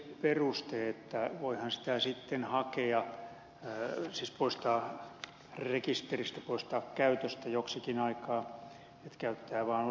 siihen perusteeseen että voihan auton sitten poistaa rekisteristä poistaa käytöstä joksikin aikaa että käyttää sitä vaan osan vuotta